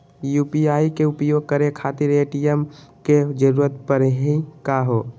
UPI के उपयोग करे खातीर ए.टी.एम के जरुरत परेही का हो?